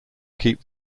keep